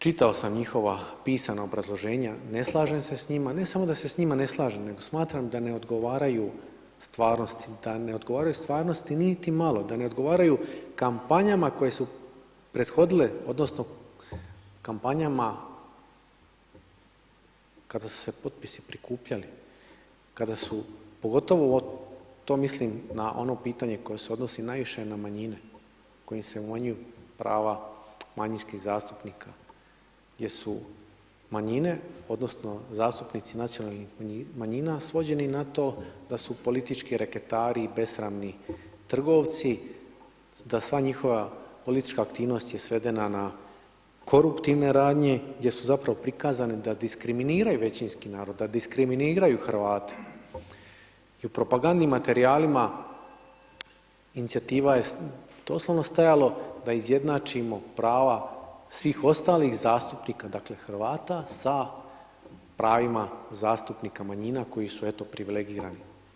Čitao sam njihova pisana obrazloženja, ne slažem se s njima, ne samo da se s njima ne slažem, nego smatram da ne odgovaraju stvarnosti, da ne odgovaraju stvarnosti niti malo, da ne odgovaraju kampanjama koje su prethodile odnosno kampanjama kada su se potpisi prikupljali, kada su, pogotovo to mislim na ono pitanje koje se odnosi najviše na manjine, kojim se umanjuju prava manjinskih zastupnika gdje su manjine odnosno zastupnici nacionalnih manjina svođeni na to da su politički reketari i besramni trgovci, da sva njihova politička aktivnost je svedena na koruptivne radnje gdje su zapravo prikazane da diskriminiraju većinski narod, da diskriminiraju Hrvate i u propagandnim materijalima inicijativa je doslovno stajalo da izjednačimo prava svih ostalih zastupnika, dakle, Hrvata sa pravima zastupnika manjina koji su eto, privilegirani.